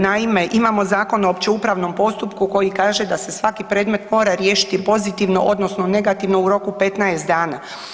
Naime, imamo Zakon o općeupravnom postupku koji kaže da se svaki predmet mora riješiti pozitivno, odnosno negativno u roku 15 dana.